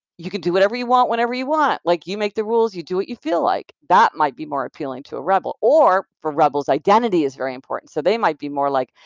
you can do whatever you want whenever you want. like you make the rules. you do what you feel like. that might be more appealing to a rebel or, for rebels, identity is very important, so they might be more like,